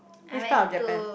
which part of Japan